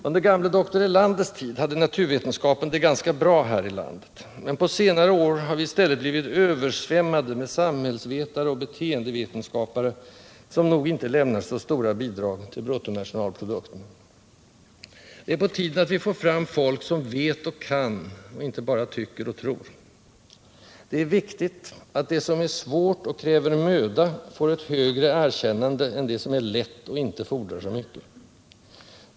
Under gamla doktor Erlanders tid hade naturvetenskapen det ganska bra här i landet, men på senare år har vi i stället blivit översvämmade med samhällsvetare och beteendevetenskapare, som nog inte lämnar så stora bidrag till bruttonationalprodukten. Det är på tiden att vi får fram folk som vet och kan, inte bara tycker och tror. Det är viktigt att det som är svårt och kräver möda får ett högre erkännande än det som är lätt och inte fordrar så mycket.